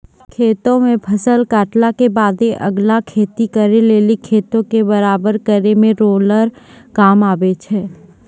खेतो मे फसल काटला के बादे अगला खेती करे लेली खेतो के बराबर करै मे रोलर काम आबै छै